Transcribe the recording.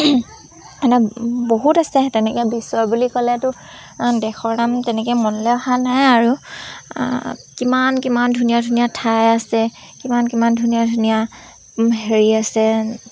মানে বহুত আছে তেনেকৈ বিশ্বৰ বুলি ক'লেতো দেশৰ নাম তেনেকৈ মনলৈ অহা নাই আৰু কিমান কিমান ধুনীয়া ধুনীয়া ঠাই আছে কিমান কিমান ধুনীয়া ধুনীয়া হেৰি আছে